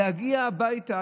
להגיע הביתה,